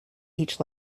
each